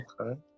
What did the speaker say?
Okay